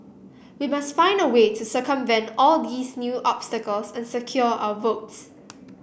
we must find a way to circumvent all these new obstacles and secure our votes